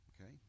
Okay